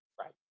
right